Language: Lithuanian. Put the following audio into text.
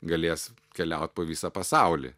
galės keliaut po visą pasaulį